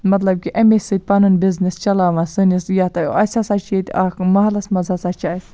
مطلب کہِ اَمی سۭتۍ پَنُن بِزنَس چَلاوان سٲنِس یَتھ اَسہِ ہَسا چھُ ییٚتہِ اَکھ محلَس مَنز ہَسا چھُ اَسہِ